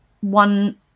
one